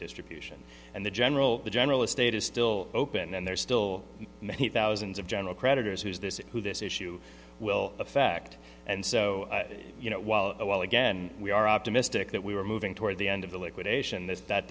distribution and the general the general estate is still open and there are still many thousands of general creditors whose this is who this issue will affect and so you know while well again we are optimistic that we are moving toward the end of the liquidation that that